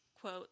quote